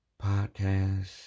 podcast